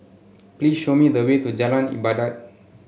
please show me the way to Jalan Ibadat